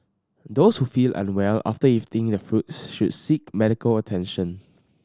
those who feel unwell after eating the fruits should seek medical attention